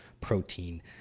protein